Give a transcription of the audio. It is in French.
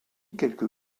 quelques